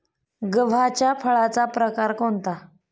गव्हाच्या फळाचा प्रकार कोणता?